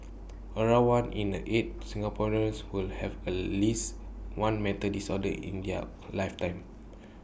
around one in the eight Singaporeans will have at least one mental disorder in their A lifetime